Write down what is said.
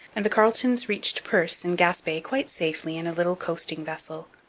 and the carletons reached perce in gaspe quite safely in a little coasting vessel.